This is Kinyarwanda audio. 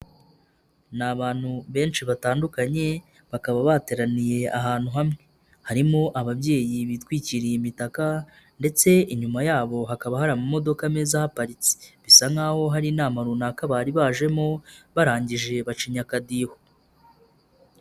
Ni abantu benshi batandukanye, bakaba bateraniye ahantu hamwe, harimo ababyeyi bitwikiriye imitaka ndetse inyuma yabo hakaba hari amamodoka meza ahaparitse, bisa nk'aho hari inama runaka bari bajemo, barangije bacinya akadiho.